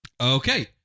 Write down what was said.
okay